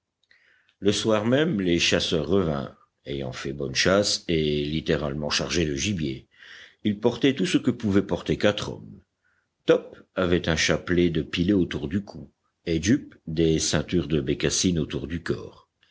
le soir même les chasseurs revinrent ayant fait bonne chasse et littéralement chargés de gibier ils portaient tout ce que pouvaient porter quatre hommes top avait un chapelet de pilets autour du cou et jup des ceintures de bécassines autour du corps